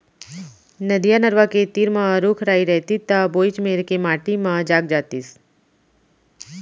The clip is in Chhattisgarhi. नदिया, नरूवा के तीर म रूख राई रइतिस त वोइच मेर के माटी म जाग जातिस